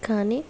కానీ